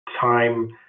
Time